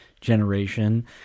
generation